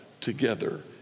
together